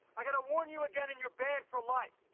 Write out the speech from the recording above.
i gotta warn you again, and you're banned for life.